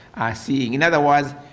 are seeing. in other words,